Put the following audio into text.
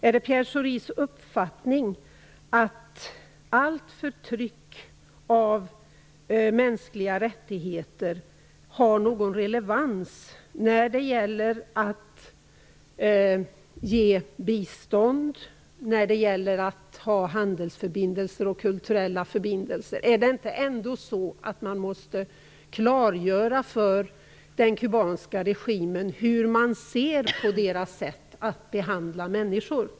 Är det Pierre Schoris uppfattning att allt förtryck av mänskliga rättigheter har någon relevans när det gäller att ge bistånd och att ha handelsförbindelser och kulturella förbindelser? Är det inte så att man måste klargöra för den kubanska regimen hur man ser på deras sätt att behandla människor?